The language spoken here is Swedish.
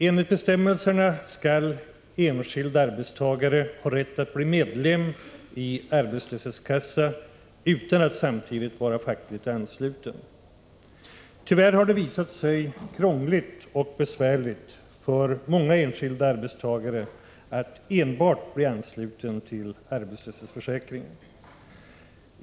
Enligt bestämmelserna skall enskild arbetstagare ha rätt att bli medlem i arbetslöshetskassa utan att samtidigt vara fackligt ansluten. Tyvärr har det visat sig krångligt och besvärligt för många enskilda arbetstagare att bli ansluten enbart till arbetslöshetsförsäkringen.